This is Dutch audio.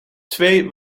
twee